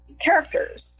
characters